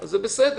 וזו עבירה